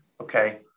Okay